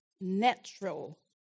natural